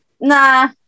Nah